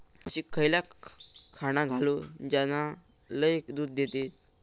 म्हशीक खयला खाणा घालू ज्याना लय दूध देतीत?